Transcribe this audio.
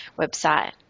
website